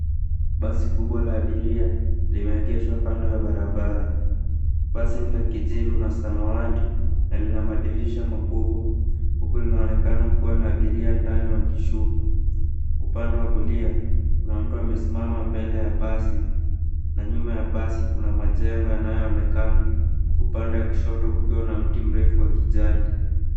Basi kubwa la abiria limeegeshwa kando ya barabara, basi la kijivu na samawati na lina madirisha makubwa huku linaonekana kuwa na abiria ndani wakishuka, upande wa kulia kuna mtu amesimama mbele ya basi na nyuma ya basi kuna majengo yanaonekana upande wa kushoto kukiwa na miti mirefu ya kijani.